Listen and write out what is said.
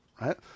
right